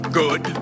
good